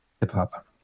hip-hop